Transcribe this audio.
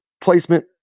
placement